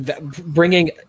bringing